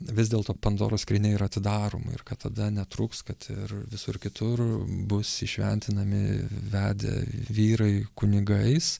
vis dėlto pandoros skrynia yra atidaroma ir kad tada netrūks kad ir visur kitur bus įšventinami vedę vyrai kunigais